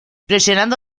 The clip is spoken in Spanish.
presionando